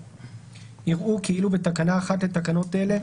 - יראו כאילו בתקנה 1 לתקנות אלה,